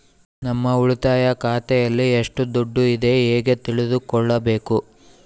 ನಮ್ಮ ಉಳಿತಾಯ ಖಾತೆಯಲ್ಲಿ ಎಷ್ಟು ದುಡ್ಡು ಇದೆ ಹೇಗೆ ತಿಳಿದುಕೊಳ್ಳಬೇಕು?